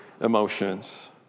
emotions